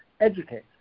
educate